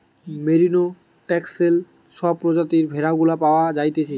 merino, Texel সব প্রজাতির ভেড়া গুলা পাওয়া যাইতেছে